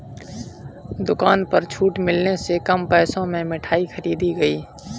दुकान पर छूट मिलने से कम पैसे में मिठाई खरीदी गई